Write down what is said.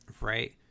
Right